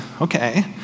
okay